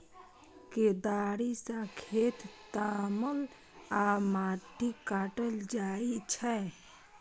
कोदाड़ि सं खेत तामल आ माटि काटल जाइ छै